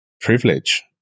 privilege